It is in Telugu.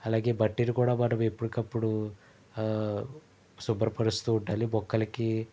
అలాగే మట్టిని కూడా మనం ఎప్పటికప్పుడు శుభ్రపరుస్తూ ఉండాలి మొక్కలికి